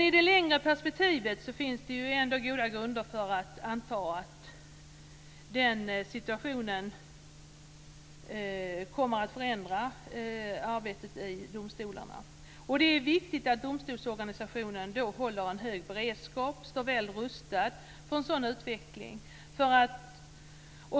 I det längre perspektivet finns det ändå goda grunder för att anta att den situationen kommer att förändra arbetet i domstolarna. Det är viktigt att domstolsorganisationen då håller en hög beredskap och står väl rustad för en sådan utveckling.